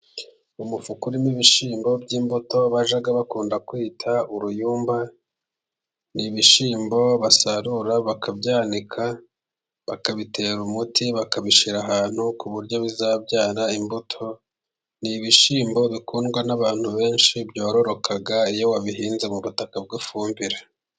Umufuka urimo ibishyimbo by'imbuto bajya bakunda kwita uruyumba. Ni ibishyimbo basarura bakabyanika bakabitera umuti, bakabishira ahantu ku buryo bizabyara imbuto. Ni ibishyimbo bikundwa n'abantu benshi byororoka iyo babihinze mu butaka bw'ifumbire